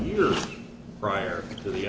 years prior to the